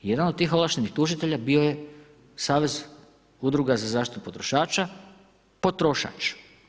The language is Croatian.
Jedan od tih ovlaštenih tužitelja bio je Savez Udruga za zaštitu potrošača, potrošač.